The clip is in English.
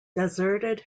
deserted